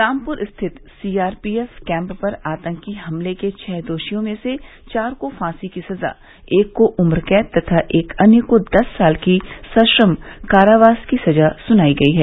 रामपुर स्थित CRPF camp पर आतंकी हमले के छह दोषियों में से चार को फांसी की सजा एक को उम्रकैद तथा एक अन्य को दस साल की संग्रम कारावास की सजा सुनाई गई हैं